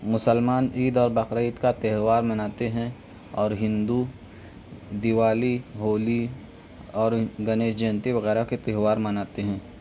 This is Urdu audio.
مسلمان عید اور بقرعید کا تہوار مناتے ہیں اور ہندو دیوالی ہولی اور گنیش جینتی وغیرہ کے تہوار مناتے ہیں